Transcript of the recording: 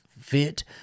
fit